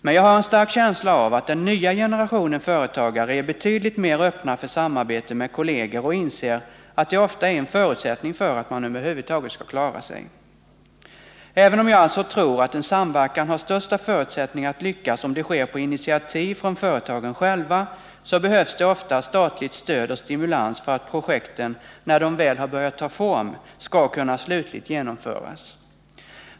Men jag har en stark känsla av att den nya generationen företagare är betydligt mer öppen för samarbete med kolleger och inser att det ofta är en förutsättning för att man över huvud taget skall klara sig. Även om jag alltså tror att en samverkan har största förutsättning att lyckas om den kommer till stånd på initiativ från företagen själva, behövs det ofta statligt stöd och stimulans för att projekten, när de väl börjat ta form, skall kunna slutligt genomföras.